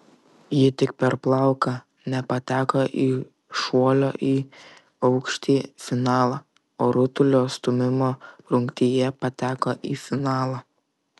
ji tik per plauką nepateko į šuolio į aukštį finalą o rutulio stūmimo rungtyje pateko į finalą